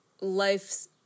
life's